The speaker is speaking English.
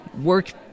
work